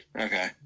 okay